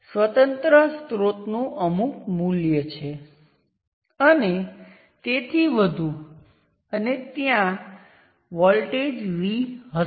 હવે અંદર independent source છે અને બહાર એક ઇન્ડિપેન્ડન્ટ સોર્સ છે જે VL છે